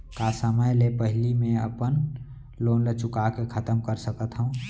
का समय ले पहिली में अपन लोन ला चुका के खतम कर सकत हव?